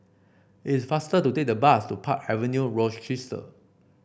is faster to take the bus to Park Avenue Rochester